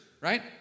right